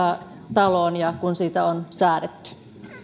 taloon ja kun siitä on säädetty